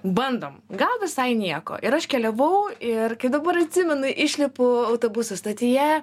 bandom gal visai nieko ir aš keliavau ir kaip dabar atsimenu išlipu autobusų stotyje